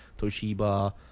Toshiba